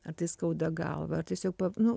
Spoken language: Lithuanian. ar tai skauda galvą ar tiesiog pa